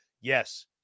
yes